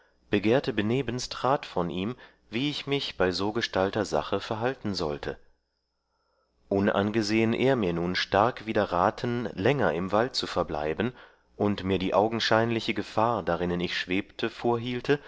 begehrte benebenst rat von ihm wie ich mich bei so gestalter sache verhalten sollte unangesehen er mir nun stark widerraten länger im wald zu verbleiben und mir die augenscheinliche gefahr darinnen ich schwebte vorhielte